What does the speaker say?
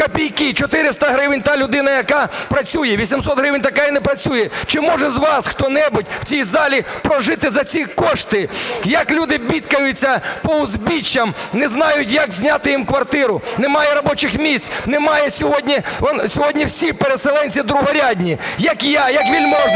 копійки: 400 гривень – та людина, яка працює, 800 гривень – яка не працює. Чи може з вас хто-небудь в цій залі прожити за ці кошти? Як люди бідкаються по узбіччям, не знають, як зняти їм квартиру. Немає робочих місць, немає сьогодні… сьогодні всі переселенці другорядні, як я, як Вельможний,